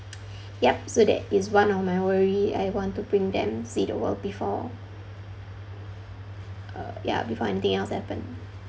yup so that is one of my worry I want to bring them see the world before uh ya before anything else happen